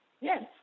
Yes